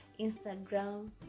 Instagram